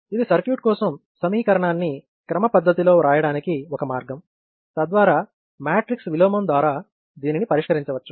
ఇది సర్క్యూట్ కోసం సమీకరణాన్ని క్రమపద్ధతిలో వ్రాయడానికి ఒక మార్గం తద్వారా మ్యాట్రిక్స్ విలోమం ద్వారా దీనిని పరిష్కరించవచ్చు